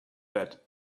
that